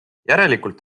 järelikult